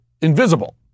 invisible